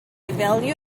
value